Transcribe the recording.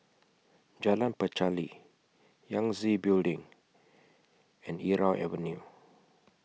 Jalan Pacheli Yangtze Building and Irau Avenue